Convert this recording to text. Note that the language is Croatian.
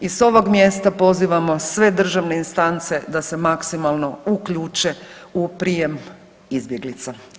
Sa ovog mjesta pozivamo sve državne instance da se maksimalno uključe u prijem izbjeglica.